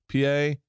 PA